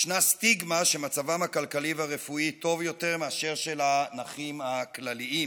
ישנה סטיגמה שמצבם הכלכלי והרפואי טוב יותר מאשר של הנכים הכלליים,